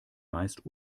meist